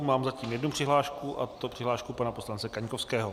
Mám zatím jednu přihlášku, a to přihlášku pana poslance Kaňkovského.